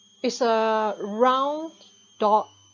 it's a round dot